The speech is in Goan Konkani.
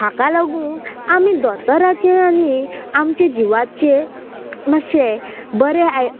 हाका लागून आमी दोतोराचे आनी आमचे जिवाचे मातशे बरें आय